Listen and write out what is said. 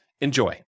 Enjoy